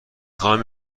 خواهم